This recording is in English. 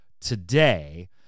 Today